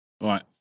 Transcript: Right